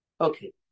okay